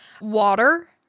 Water